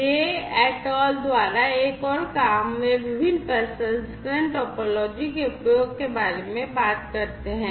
Dey et al द्वारा एक और काम वे विभिन्न प्रसंस्करण टोपोलॉजी के उपयोग के बारे में बात करते हैं